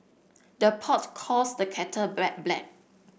the pot calls the kettle black